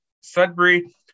Sudbury